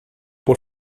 por